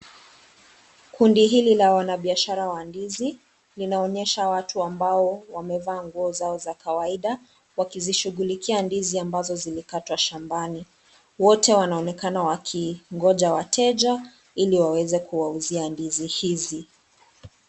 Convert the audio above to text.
Kundi hili la wanabiashara wa ndizi linaonyesha watu ambao wamevaa nguo zao za kawaida wakizishughulikia ndizi ambazo zimekatwa shambani, wote wanaonekana wakingoja wateja ili waweze kuwauzia ndizi hizi.